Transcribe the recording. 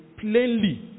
plainly